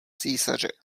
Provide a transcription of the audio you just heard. císaře